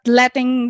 letting